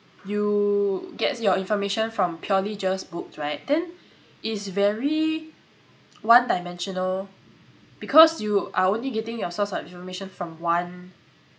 you get your information from purely just books right then it's very one dimensional because you are only getting your source of information from one